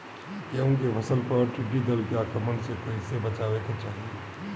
गेहुँ के फसल पर टिड्डी दल के आक्रमण से कईसे बचावे के चाही?